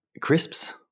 crisps